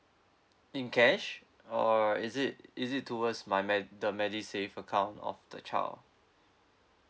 in cash or is it is it towards my me~ the medisave account of the child